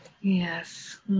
Yes